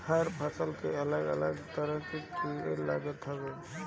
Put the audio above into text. हर फसल पर अलग अलग तरह के कीड़ा लागत हवे